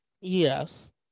Yes